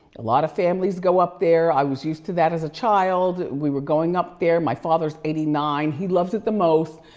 a lot of families go up there. i was used to that as a child. we were going up there, my father's eighty nine, he loves it the most.